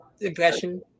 impression